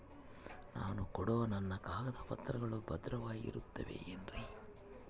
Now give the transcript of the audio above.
ನಾನು ಕೊಡೋ ನನ್ನ ಕಾಗದ ಪತ್ರಗಳು ಭದ್ರವಾಗಿರುತ್ತವೆ ಏನ್ರಿ?